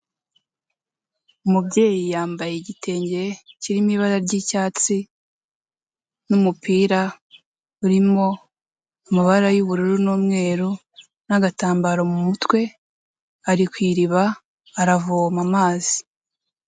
Umubyeyi yambaye igitenge kirimo ibara ry'icyatsi n'umupira urimo amabara y'ubururu n'umweru n'agatambaro mu mutwe, ari ku iriba, aravoma amazi.